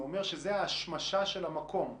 דודו אמר שזה השמשה של המקום,